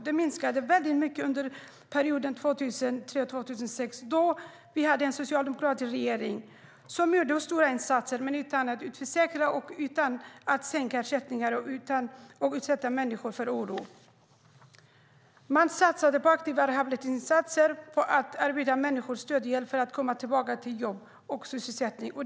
De minskade mycket under perioden 2003-2006, då vi hade en socialdemokratisk regering som gjorde stora insatser men utan att utförsäkra, sänka ersättningar och utsätta människor för oro. Man satsade på aktiva rehabiliteringsinsatser, på att erbjuda människor stöd och hjälp för att komma tillbaka till jobb och sysselsättning.